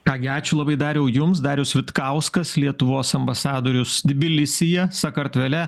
ką gi ačiū labai dariau jums darius vitkauskas lietuvos ambasadorius tbilisyje sakartvele